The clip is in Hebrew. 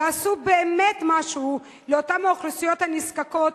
יעשו באמת משהו לאותן האוכלוסיות הנזקקות.